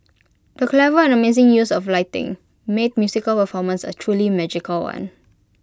the clever and amazing use of lighting made musical performance A truly magical one